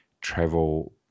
travel